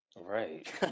Right